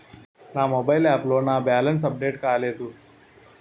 నా mobile app లో నా బ్యాలెన్స్ అప్డేట్ కాలేదు